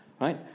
right